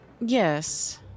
Yes